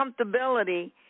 comfortability